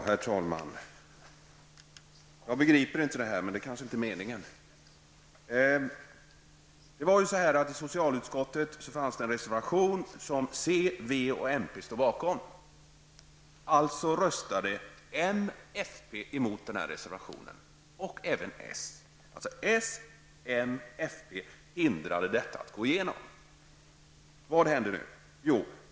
Herr talman! Jag begriper inte det här, men det är kanske inte meningen. I socialutskottet fanns det en reservation, som c, v och mp stod bakom. Alltså röstade m och fp emot reservationen, liksom även s. Det var alltså så, att s, m och fp hindrade förslaget att gå igenom. Vad hände sedan?